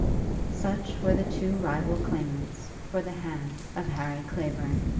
such were the two rival claimants for the hand of harry clavering.